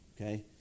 Okay